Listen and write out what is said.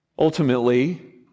Ultimately